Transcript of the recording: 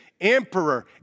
emperor